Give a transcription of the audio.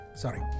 sorry